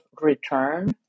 return